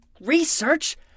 research